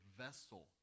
vessel